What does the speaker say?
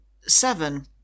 seven